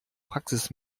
praxis